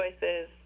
choices